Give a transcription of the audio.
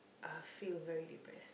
I'll feel very depressed